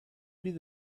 maybe